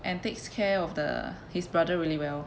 and takes care of the his brother really well